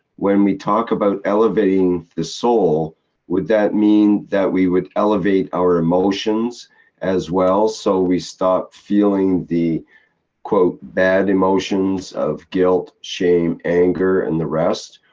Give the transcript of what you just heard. when we talk about elevating the soul would that mean that we would elevate our emotions as well so we stop feeling the bad emotions of guilt, shame, anger and the rest?